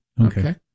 Okay